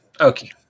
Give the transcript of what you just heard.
Okay